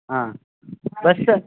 ಹಾಂ ಬಸ್